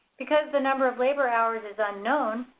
because the number of labor hours is unknown,